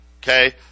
Okay